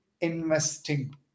investing